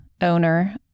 owner